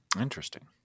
Interesting